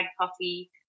coffee